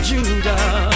Judah